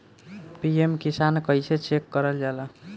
PM Kisan कइसे check करल जाला?